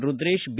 Rudresh B